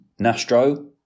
nastro